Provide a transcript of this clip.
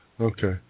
Okay